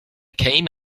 came